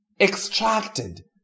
extracted